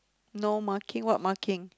no marking what marking